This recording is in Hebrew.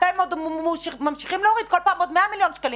אתם עוד ממשיכים להוריד כל פעם עוד 100 מיליון שקלים